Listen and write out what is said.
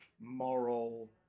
moral